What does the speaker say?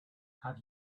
have